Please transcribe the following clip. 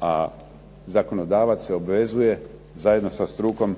a zakonodavac se obvezuje zajedno sa strukom